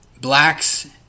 blacks